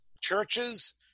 churches